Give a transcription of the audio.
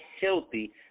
healthy